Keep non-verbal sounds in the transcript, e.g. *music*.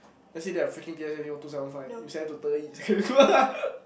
let's say their freaking P_S_L_E one two seven five you send them to Deyi-Secondary-School *laughs*